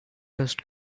dust